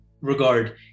regard